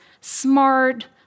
smart